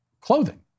clothing